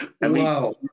Wow